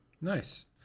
nice